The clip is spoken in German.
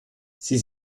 sie